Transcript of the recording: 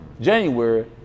January